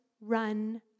run